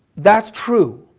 that's true.